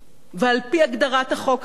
על-פי הגדרת החוק הרחבה,